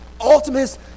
ultimate